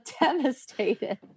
devastated